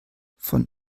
von